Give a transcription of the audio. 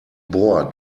bor